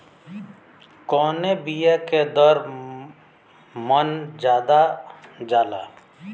कवने बिया के दर मन ज्यादा जाला?